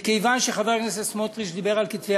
מכיוון שחבר הכנסת סמוטריץ דיבר על כתבי